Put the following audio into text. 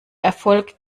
erfolg